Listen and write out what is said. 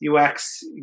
UX